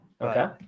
okay